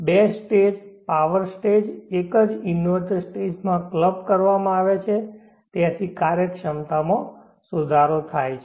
બે stage power stage એક જ ઇન્વર્ટર સ્ટેજમાં ક્લબ કરવામાં આવ્યા છે ત્યાંથી કાર્યક્ષમતામાં સુધારો થાય છે